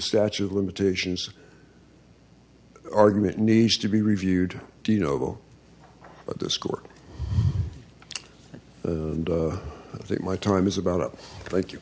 statute of limitations argument needs to be reviewed do you know what this court and i think my time is about it like